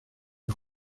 los